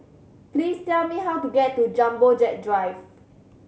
please tell me how to get to Jumbo Jet Drive